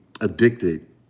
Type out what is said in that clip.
addicted